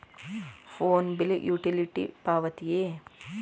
Phone bill utility ಪಾವತಿಯೇ?